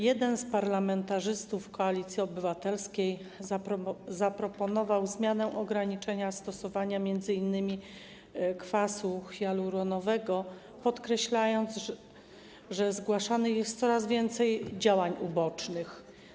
Jeden z parlamentarzystów Koalicji Obywatelskiej zaproponował zmianę ograniczenia stosowania m.in. kwasu hialuronowego, podkreślając, że zgłaszanych jest coraz więcej działań ubocznych.